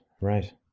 right